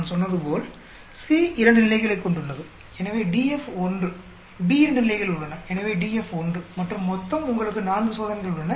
நான் சொன்னது போல் C இரண்டு நிலைகளைக் கொண்டுள்ளது எனவே DF 1 B இரண்டு நிலைகள் உள்ளன எனவே DF 1 மற்றும் மொத்தம் உங்களுக்கு 4 சோதனைகள் உள்ளன